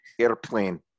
Airplane